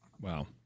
wow